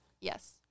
Yes